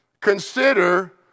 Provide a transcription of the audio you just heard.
consider